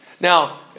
Now